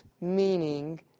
meaning